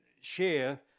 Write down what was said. share